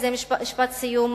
וזה משפט סיום,